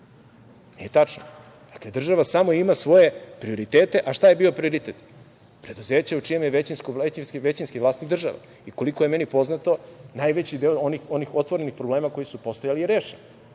Nije tačno. Dakle, država samo ima svoje prioritete. A šta je bio prioritet? Preduzeće u čiji je većinski vlasnik država i koliko je meni poznato najveći deo onih otvorenih problema koji su postojali je rešen,